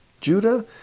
Judah